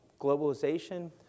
globalization